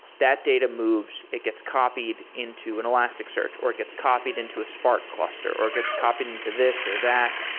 that data moves, it gets copied into an elasticsearch, or it gets copied into a spark cluster, or it gets copied into this or that.